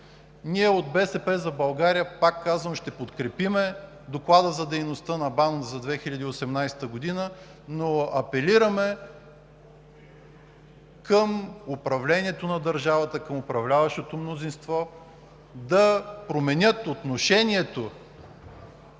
Ние от „БСП за България“, пак казвам, ще подкрепим Доклада за дейността на БАН за 2018 г., но апелираме към управлението на държавата, към управляващото мнозинство да променят отношението